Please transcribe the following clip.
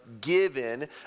given